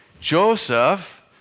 Joseph